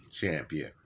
champion